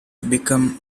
become